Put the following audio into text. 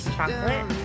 Chocolate